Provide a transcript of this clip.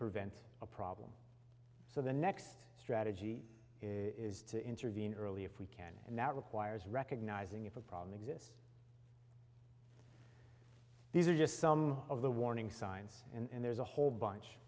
prevent a problem so the next strategy is to intervene early if we can and that requires recognizing if a problem exists these are just some of the warning signs and there's a whole bunch